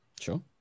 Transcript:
Sure